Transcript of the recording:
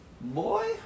Boy